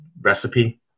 recipe